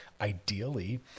Ideally